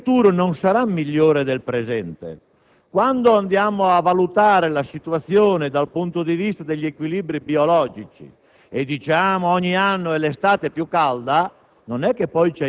certo il futuro non sarà migliore del presente. Quando si va a valutare la situazione dal punto di vista degli equilibri biologici e si dice che ogni anno l'estate è più calda